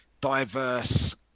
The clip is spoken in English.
diverse